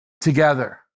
together